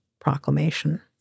Proclamation